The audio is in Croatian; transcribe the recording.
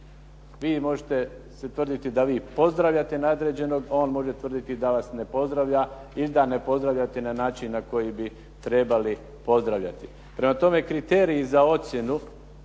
Vi možete tvrditi da vi pozdravljate nadređenog, on može tvrditi da vas ne pozdravlja ili da ne pozdravljate na način na koji bi trebali pozdravljati. Prema tome, kriteriji za ocjenu